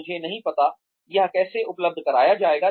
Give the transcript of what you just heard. मुझे नहीं पता यह कैसे उपलब्ध कराया जाएगा